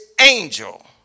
angel